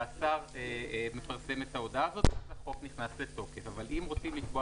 השר מפרסם את ההודעה הזאת ואז החוק נכנס לתוקף - אבל אם רוצים לקבוע